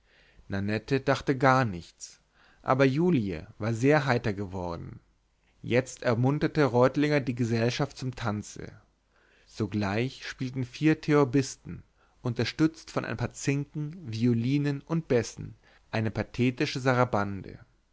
nannette dachte gar nichts aber julie war sehr heiter geworden jetzt ermunterte reutlinger die gesellschaft zum tanze sogleich spielten vier theorbisten unterstützt von ein paar zinken violinen und bässen eine pathetische